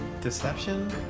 deception